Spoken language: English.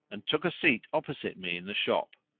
and took a seat opposite me in the shop.